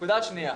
נקודה שנייה,